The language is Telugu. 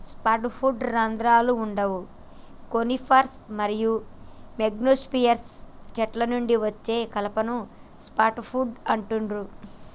సాఫ్ట్ వుడ్కి రంధ్రాలు వుండవు కోనిఫర్ మరియు జిమ్నోస్పెర్మ్ చెట్ల నుండి అచ్చే కలపను సాఫ్ట్ వుడ్ అంటుండ్రు